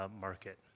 market